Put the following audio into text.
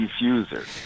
diffuser